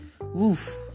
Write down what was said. Woof